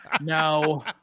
No